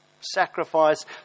sacrifice